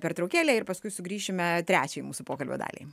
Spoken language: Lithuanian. pertraukėlę ir paskui sugrįšime trečiajai mūsų pokalbio daliai